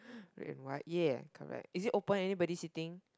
red and white ya correct is it open anybody sitting